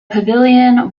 pavilion